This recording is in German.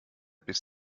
bis